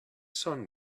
sun